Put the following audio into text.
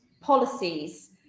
policies